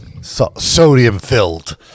sodium-filled